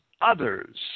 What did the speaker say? others